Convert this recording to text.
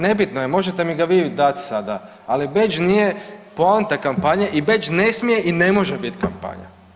Nebitno je, možete mi ga vi dati sada, ali bedž nije poanta kampanje i bedž ne smije i ne može bit kampanja.